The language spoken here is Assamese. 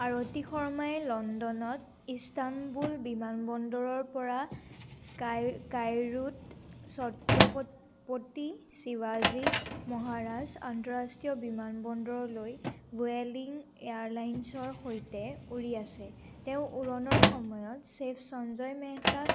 আৰতী শৰ্মাই লণ্ডনত ইস্তানবুল বিমানবন্দৰৰপৰা কায়ৰোত ছত্ৰপতি শিৱাজী মহাৰাজ আন্তঃৰাষ্ট্ৰীয় বিমানবন্দৰলৈ ভুয়েলিং এয়াৰলাইনছৰ সৈতে উৰি আছে তেওঁ উৰণৰ সময়ত চেফ সঞ্জয় মেহতাক